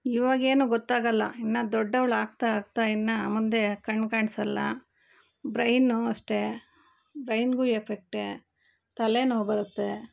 ಇವಾಗೇನು ಗೊತ್ತಾಗಲ್ಲ ಇನ್ನು ದೊಡ್ಡವಳು ಆಗ್ತಾ ಆಗ್ತಾ ಇನ್ನು ಮುಂದೆ ಕಣ್ಣು ಕಾಣಿಸಲ್ಲ ಬ್ರೈನ್ ಅಷ್ಟೇ ಬ್ರೈನ್ಗೂ ಎಫೆಕ್ಟೆ ತಲೆನೋವು ಬರುತ್ತೆ